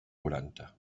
quaranta